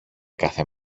κάθε